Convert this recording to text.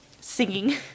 singing